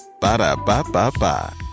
Ba-da-ba-ba-ba